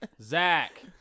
Zach